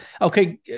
Okay